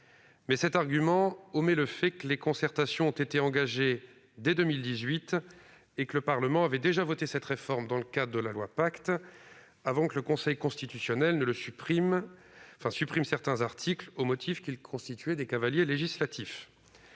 Mais cet argument omet le fait que les concertations ont été engagées dès 2018 et que le Parlement avait déjà voté cette réforme dans le cadre du projet de loi Pacte avant que le Conseil constitutionnel ne supprime les articles concernés au motif qu'ils constituaient des cavaliers législatifs.